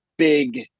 big